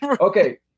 okay